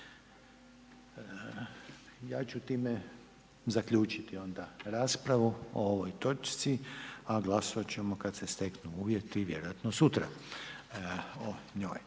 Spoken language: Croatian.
Ja ću time zaključiti onda raspravu o ovoj točci a glasovati ćemo kada se steknu uvjeti, vjerojatno sutra o njoj.